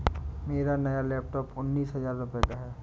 मेरा नया लैपटॉप उन्नीस हजार रूपए का है